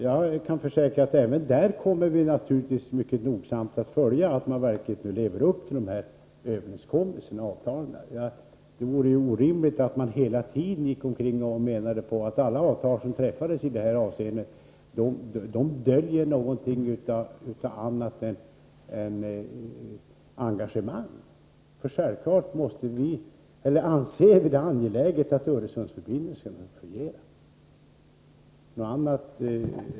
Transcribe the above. Jag kan försäkra att vi naturligtvis även där mycket nogsamt kommer att följa att man verkligen lever upp till avtalen. Det vore orimligt att hela tiden gå omkring och mena att alla avtal som träffas i detta avseende skulle dölja någonting annat än engagemang. Självfallet anser vi det angeläget att Öresundsförbindelserna fungerar.